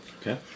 Okay